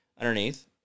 underneath